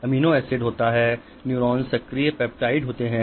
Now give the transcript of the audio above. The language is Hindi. अमीनो एसिड होता है न्यूरॉन सक्रिय पेप्टाइड होते हैं